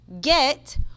Get